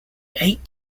eight